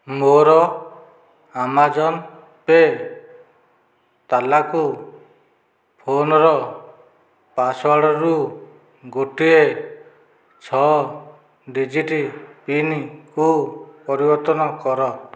ମୋର Amazon pay' ତାଲାକୁ ଫୋନ୍ର ପାସୱାର୍ଡ଼ରୁ ଗୋଟିଏ ଛଅ ଡିଜିଟ୍ ପିନ୍କୁ ପରିବର୍ତ୍ତନ କର